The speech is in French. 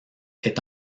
est